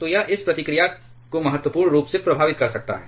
तो यह इस प्रतिक्रिया को महत्वपूर्ण रूप से प्रभावित कर सकता है